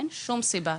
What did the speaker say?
אין שום סיבה.